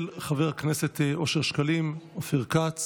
של חבר הכנסת אושר שקלים, אופיר כץ